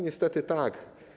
Niestety tak.